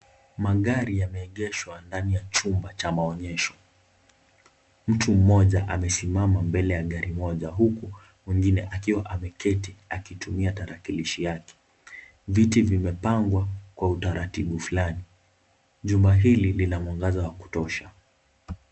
Magari yameegeshwa ndani ya chumba cha maonyesho. Mtu mmoja amesimama mbele ya gari moja huku mwingine akiwa ameketi akitumia tarakilishi yake. Viti vimepangwa kwa utaratibu fulani. Jumba hili lina mwangaza wa kutosha.